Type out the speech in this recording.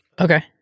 Okay